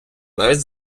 навіть